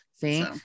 See